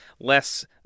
less